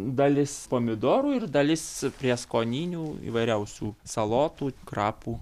dalis pomidorų ir dalis prieskoninių įvairiausių salotų krapų